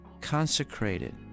consecrated